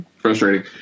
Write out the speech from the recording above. frustrating